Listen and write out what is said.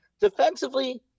Defensively